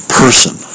person